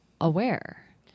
aware